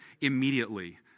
immediately